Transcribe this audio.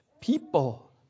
people